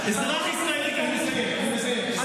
אזרח ישראלי קם בבוקר,